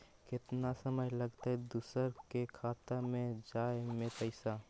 केतना समय लगतैय दुसर के खाता में जाय में पैसा?